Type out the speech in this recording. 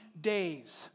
days